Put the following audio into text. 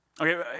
Okay